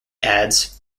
adds